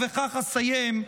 ובכך אסיים,